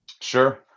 sure